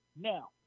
now